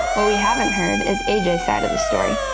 what we haven't heard is aj's side of the story.